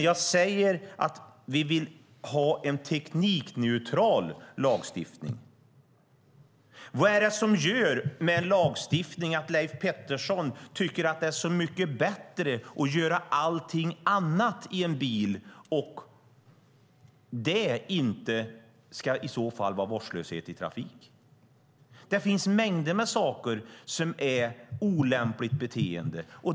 Jag säger att vi vill ha en teknikneutral lagstiftning. Vad är det som gör att Leif Pettersson tycker att det är så mycket bättre att göra allting annat i en bil och det inte i så fall ska vara vårdslöshet i trafik? Det finns mängder med saker som är olämpligt beteende.